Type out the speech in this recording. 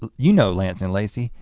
ah you know lance and lacey.